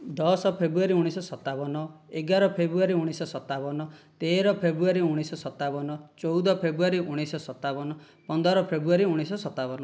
ଦଶ ଫେବୃଆରୀ ଉଣେଇଶହ ସତାବନ ଏଗାର ଫେବୃଆରୀ ଉଣେଇଶହ ସତାବନ ତେର ଫେବୃଆରୀ ଉଣେଇଶହ ସତାବନ ଚଉଦ ଫେବୃଆରୀ ଉଣେଇଶହ ସତାବନ ପନ୍ଦର ଫେବୃଆରୀ ଉଣେଇଶହ ସତାବନ